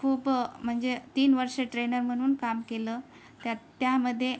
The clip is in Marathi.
खूप म्हणजे तीन वर्ष ट्रेनर म्हणून काम केलं तर त्यामध्ये